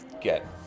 get